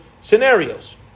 scenarios